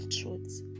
truths